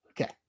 Okay